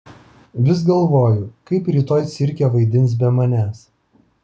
vis galvoju kaip rytoj cirke vaidins be manęs